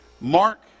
Mark